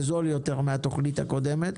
זה זול יותר מהתוכנית הקודמת